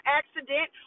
accident